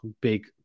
big